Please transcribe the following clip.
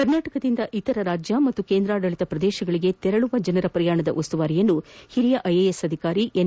ಕರ್ನಾಟಕದಿಂದ ಇತರ ರಾಜ್ಯ ಹಾಗೂ ಕೇಂದ್ರಾಡಳಿತ ಪ್ರದೇಶಗಳಿಗೆ ತೆರಳುವ ಜನರ ಪ್ರಯಾಣದ ಉಸ್ತುವಾರಿಯನ್ನು ಹಿರಿಯ ಐಎಎಸ್ ಅಧಿಕಾರಿ ಎನ್